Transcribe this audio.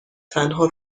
تنها